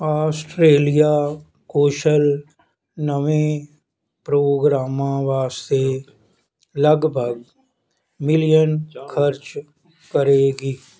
Australia council ਨਵੇਂ ਪ੍ਰੋਗਰਾਮਾਂ ਵਾਸਤੇ ਲਗਭਗ ਮਿਲੀਅਨ ਖ਼ਰਚ ਕਰੇਗੀ